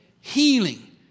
Healing